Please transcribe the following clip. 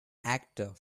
actor